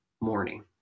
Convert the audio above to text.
morning